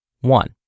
One